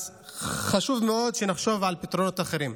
אז חשוב מאוד שנחשוב על פתרונות אחרים.